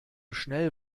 schnell